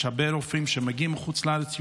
יש הרבה רופאים שמגיעים מחוץ לארץ,